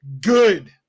Good